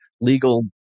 legal